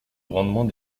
rendement